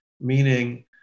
meaning